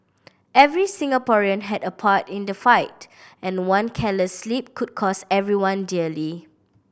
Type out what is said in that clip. every Singaporean had a part in the fight and one careless slip could cost everyone dearly